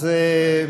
אז,